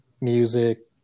music